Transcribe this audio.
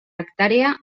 hectàrea